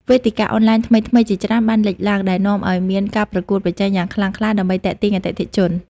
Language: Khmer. វេទិកាអនឡាញថ្មីៗជាច្រើនបានលេចឡើង ដែលនាំឱ្យមានការប្រកួតប្រជែងយ៉ាងខ្លាំងក្លាដើម្បីទាក់ទាញអតិថិជន។